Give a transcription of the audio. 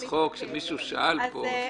זה היה בצחוק שמישהו שאל פה.